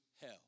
hell